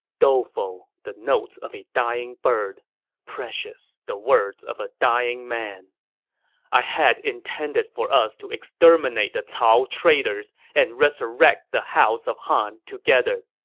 doleful, the notes of a dying bird precious, the words of a dying man i had intended for us to exterminate the cao traitors and resurrect the house of han together,